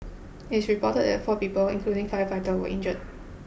it should reported that four people including firefighter were injured